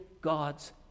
God's